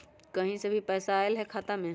कहीं से पैसा आएल हैं खाता में?